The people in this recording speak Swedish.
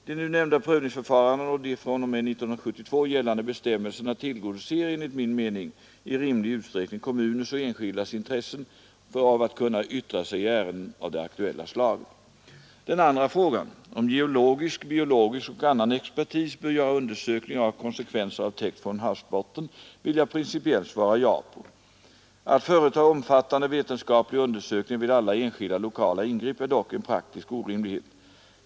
De nu nämnda prövningsförfarandena och de fr.o.m. 1972 gällande bestämmelserna tillgodoser enligt min mening i rimlig utsträckning kommuners och enskildas intresse av att kunna yttra sig i ärenden av det aktuella slaget. Den andra frågan — om geologisk, biologisk och annan expertis bör göra undersökningar av konsekvenser av täkt från havsbotten — vill jag principiellt svara ja på. Att företa omfattande vetenskapliga undersökningar vid alla enskilda, lokala ingrepp är dock en praktisk orimlighet.